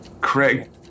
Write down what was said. Craig